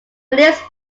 list